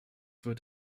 wird